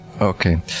Okay